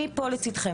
אני פה לצדכם.